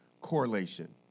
correlation